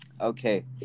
Okay